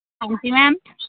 ਹਾਂਜੀ ਮੈਮ